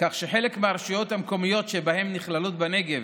כך שחלק מהרשויות המקומיות שבה נכללות בנגב